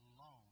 alone